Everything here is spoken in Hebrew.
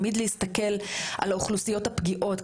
תמיד להסתכל על האוכלוסיות הפגיעות,